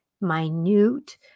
minute